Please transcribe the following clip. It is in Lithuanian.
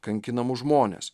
kankinamus žmones